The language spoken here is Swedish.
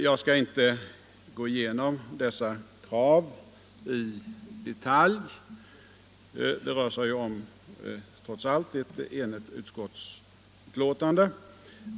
Jag skall inte gå igenom dessa krav i detalj — det rör sig trots allt om ett enhälligt utskottsbetänkande.